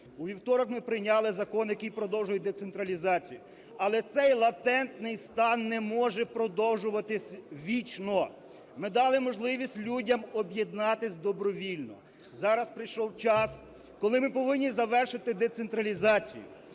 У вівторок ми прийняли закон, який продовжує децентралізацію. Але цей латентний стан не може продовжуватись вічно. Ми дали можливість людям об'єднатись добровільно. Зараз прийшов час, коли ми повинні завершити децентралізацію.